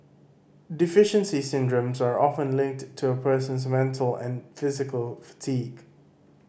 deficiency syndromes are often linked to a person's mental and physical fatigue